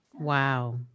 Wow